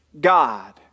God